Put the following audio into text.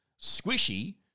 squishy